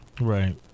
Right